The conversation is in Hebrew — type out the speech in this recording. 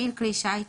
"מפעיל כלי שיט",